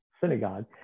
synagogue